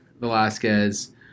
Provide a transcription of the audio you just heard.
Velasquez